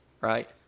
right